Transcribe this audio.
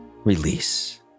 Release